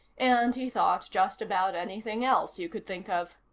and, he thought, just about anything else you could think of.